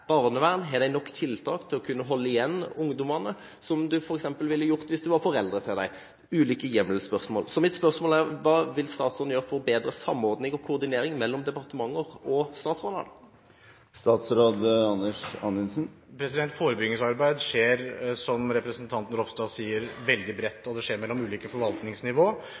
barnevern. Har de nok tiltak til å kunne holde igjen ungdommene, noe en ville gjort hvis en f.eks. var forelder til disse? Det gjelder ulike hjemmelsspørsmål. Mitt spørsmål er: Hva vil statsråden gjøre for å få bedre samordning og koordinering mellom departementer og statsråder? Forebyggingsarbeid skjer – som representanten Ropstad sa – veldig bredt, det skjer mellom ulike forvaltningsnivå,